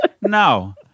No